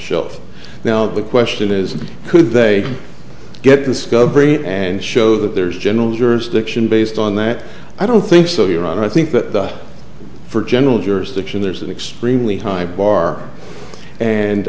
shelf now the question is could they get discovery and show that there is general jurisdiction based on that i don't think so your honor i think that for general jurisdiction there's an extremely high bar and